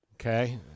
Okay